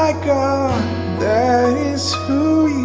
like that is who